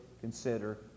consider